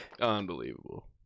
Unbelievable